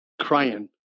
crying